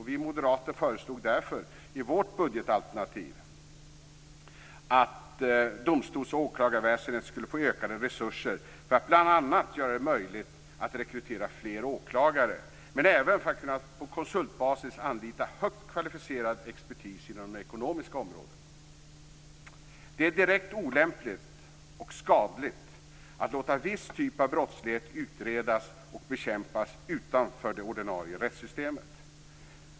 Vi moderater föreslår därför i vårt budgetalternativ att domstols och åklagarväsendet skulle få ökade resurser för att bl.a. göra det möjligt att rekrytera fler åklagare men även för att på konsultbasis kunna anlita högt kvalificerad expertis inom det ekonomiska området. Det är direkt olämpligt och skadligt att låta viss typ av brottslighet utredas och bekämpas utanför det ordinarie rättssystemet.